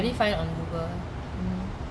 ((mmhmm)mm) ((mmhmm)mm)